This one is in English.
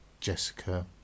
Jessica